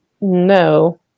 No